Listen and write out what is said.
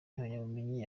impamyabumenyi